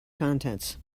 contents